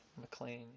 McLean